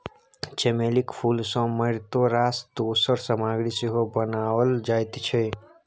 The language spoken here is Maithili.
चमेलीक फूल सँ मारिते रास दोसर सामग्री सेहो बनाओल जाइत छै